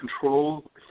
control